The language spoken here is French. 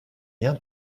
rien